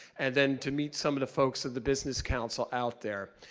and then to meet some of the folks of the business council out there,